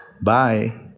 Bye